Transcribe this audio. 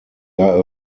are